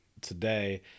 today